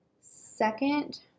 second